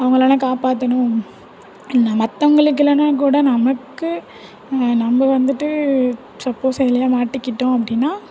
அவங்களெல்லாம் காப்பாத்தணும் மற்றவங்களுக்கில்லன்னா கூட நமக்கு நம்ப வந்துட்டு சப்போஸ் எதுலேயா மாட்டிக்கிட்டோம் அப்படின்னா